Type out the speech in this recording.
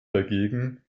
dagegen